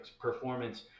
performance